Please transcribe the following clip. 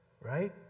Right